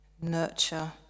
nurture